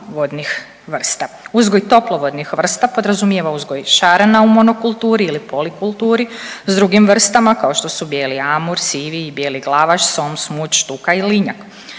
Uzgoj toplovodnih vrsta podrazumijeva uzgoj šarana u monokulturi ili polikulturi s drugim vrstama kao što su bijeli amur, sivi i bijeli glavaš, som, smuđ, štuka i linjak.